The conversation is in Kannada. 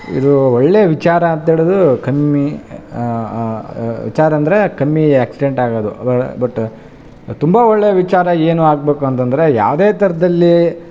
ಇದು ಒಳ್ಳೆ ವಿಚಾರ ಅಂತೇಳೊದು ಕಮ್ಮಿ ವಿಚಾರ ಅಂದರೆ ಕಮ್ಮಿ ಆಕ್ಸಿಡೆಂಟ್ ಆಗೋದು ಬಟ್ ತುಂಬ ಒಳ್ಳೇ ವಿಚಾರ ಏನು ಆಗಬೇಕು ಅಂತಂದರೆ ಯಾವುದೇ ಥರದಲ್ಲಿ